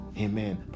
Amen